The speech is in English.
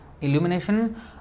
illumination